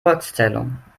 volkszählung